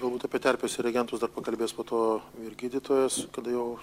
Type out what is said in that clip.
galbūt apie terpes ir reagentus dar pakalbės po to ir gydytojos kada jau